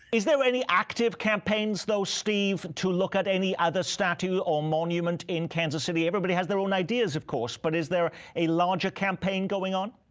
is there any active campaigns, though, steve, to look at any other statue or monument in kansas city? everybody has their own ideas, of course, but is there a larger campaign going on?